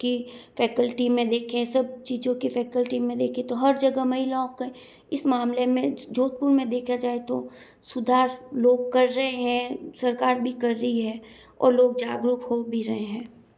कि फैकल्टी में देखें सब चीजों कि फैकल्टी में देखें तो हर जगह महिलाओं के इस मामले में जोधपुर में देखा जाए तो सुधार लोग कर रहे हैं सरकार भी कर रही है और लोग जागरूक हो भी रहे हैं